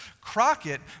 Crockett